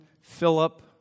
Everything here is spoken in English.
Philip